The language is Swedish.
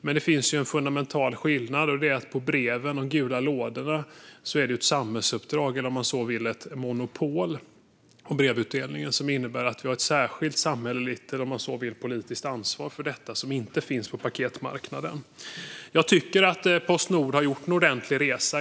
Men det finns en fundamental skillnad, och det är att brevutdelningen är ett samhällsuppdrag eller, om man så vill, ett monopol som innebär ett särskilt samhälleligt eller politiskt ansvar för detta som inte finns på paketmarknaden. Jag tycker att Postnord har gjort en ordentlig resa.